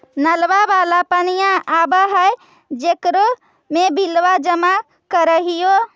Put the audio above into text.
नलवा वाला पनिया आव है जेकरो मे बिलवा जमा करहिऐ?